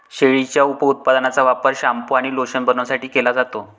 शेळीच्या उपउत्पादनांचा वापर शॅम्पू आणि लोशन बनवण्यासाठी केला जातो